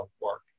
work